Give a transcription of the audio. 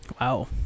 wow